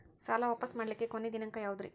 ಸಾಲಾ ವಾಪಸ್ ಮಾಡ್ಲಿಕ್ಕೆ ಕೊನಿ ದಿನಾಂಕ ಯಾವುದ್ರಿ?